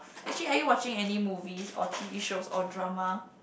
actually are you watching any movies or T_V shows or drama